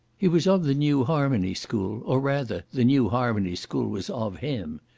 he was of the new harmony school, or rather the new harmony school was of him.